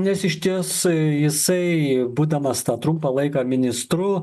nes išties jisai būdamas tą trumpą laiką ministru